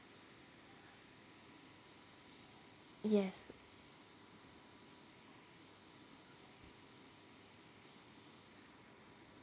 yes